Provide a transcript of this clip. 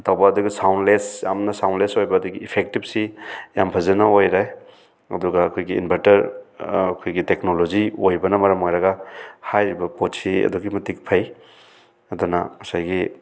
ꯇꯧꯕ ꯑꯗꯨꯒ ꯁꯥꯎꯟꯂꯦꯁ ꯌꯥꯝꯅ ꯁꯥꯎꯟꯂꯦꯁ ꯑꯣꯏꯕ ꯑꯗꯒꯤ ꯏꯐꯦꯛꯇꯤꯞꯁꯤ ꯌꯥꯝ ꯐꯖꯅ ꯑꯣꯏꯔꯦ ꯑꯗꯨꯒ ꯑꯩꯈꯣꯏꯒꯤ ꯏꯟꯕꯔꯇꯔ ꯑꯩꯈꯣꯏꯒꯤ ꯇꯦꯛꯅꯣꯂꯣꯖꯤ ꯑꯣꯏꯕꯅ ꯃꯔꯝ ꯑꯣꯏꯔꯒ ꯍꯥꯏꯔꯤꯕ ꯄꯣꯠꯁꯤ ꯑꯗꯨꯛꯀꯤ ꯃꯇꯤꯛ ꯐꯩ ꯑꯗꯨꯅ ꯉꯁꯥꯏꯒꯤ